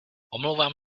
omlouvám